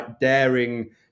daring